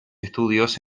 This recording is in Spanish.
estudios